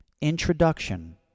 Introduction